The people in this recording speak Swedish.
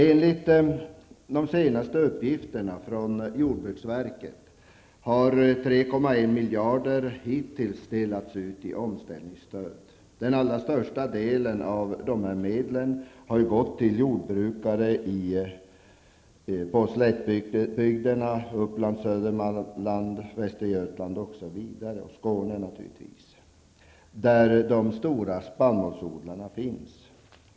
Enligt de senaste uppgifterna från jordbruksverket har 3,1 miljarder hittills delats ut i omställningsstöd. Den allra största delen av dessa medel har gått till jordbrukare i slättbygderna, bl.a. Skåne, där de stora spannmålsodlarna finns.